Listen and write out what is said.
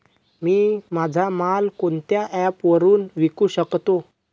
मी माझा माल कोणत्या ॲप वरुन विकू शकतो?